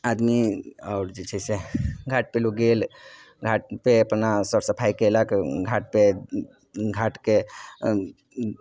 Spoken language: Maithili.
आदमी आओर जे छै से घाटपर लोक गेल घाटपर अपना सर सफाइ केलक घाटपर घाटके